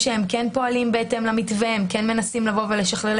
החייבים שהיה נראה שנפגעה מאותן מגבלות שהוטלו בתקופת משבר הקורונה.